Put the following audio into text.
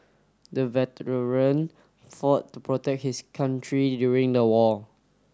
the veteran fought to protect his country during the war